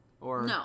No